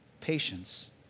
Patience